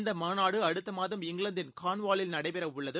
இந்த மாநாடு அடுத்த மாதம் இங்கிலாந்தின் கார்ன்வாலில் நடைபெற உள்ளது